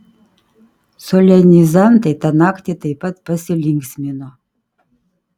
solenizantai tą naktį taip pat pasilinksmino